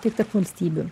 tiek tarp valstybių